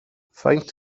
faint